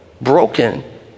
broken